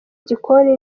igikoni